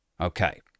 Okay